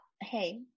Hey